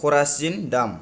खरासिन दाम